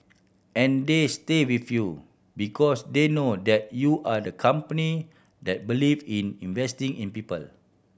and they stay with you because they know that you are the company that believe in investing in people